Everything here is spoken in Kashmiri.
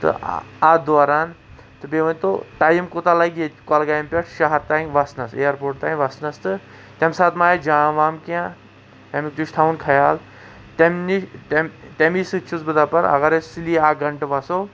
تہٕ اَتھ دوران تہٕ بیٚیہِ ؤنۍتَو ٹایم کوتاہ لگہِ ییٚتہِ کۅلگامہِ پٮ۪ٹھٕ شہر تانۍ وسنَس ایرپورٹ تانۍ وسنَس تہٕ تَمہِ ساتہٕ ما آسہِ جام وام کیٚنٛہہ اَمیُک تہِ چھُ تھاوُن خیال تَمہِ نِش تمی سٍتۍ چھُس بہِ دپان اگر أسۍ سُلی اَکھ گھنٹہٕ وسو